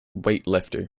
weightlifter